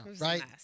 Right